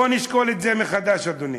בוא נשקול את זה מחדש, אדוני.